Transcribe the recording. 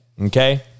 Okay